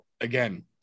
again